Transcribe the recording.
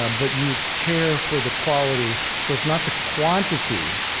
ah but you care for the quality. so it's not the quantity,